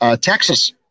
Texas